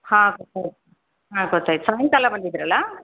ಹಾಂ ಗೊತಾಯ್ತು ಹಾಂ ಗೊತ್ತಾಯ್ತು ಸಾಯಂಕಾಲ ಬಂದಿದ್ರಲ್ವ